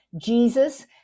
Jesus